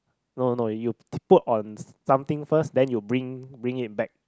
no no you put on something first then you bring bring it back